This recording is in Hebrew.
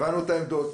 הבנו את העמדות,